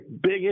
big